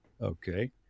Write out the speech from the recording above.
Okay